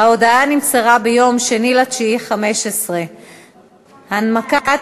ההודעה נמסרה ביום 2 בספטמבר 2015. הנמקת